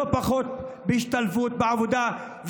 ולא פחות בהשתלבות בעבודה,